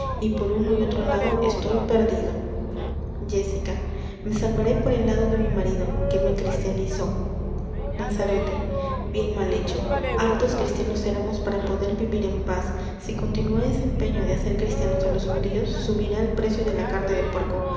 y por uno y otro lado estoy perdido jéssica me salvaré por el lado de mi marido que me cristianizó lanzarote bien mal hecho hartos cristianos éramos para poder vivir en paz si continúa ese empeño de hacer cristianos á los judíos subirá el precio de la carne de puerco